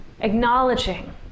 acknowledging